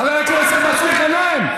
חבר הכנסת מסעוד גנאים,